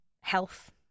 health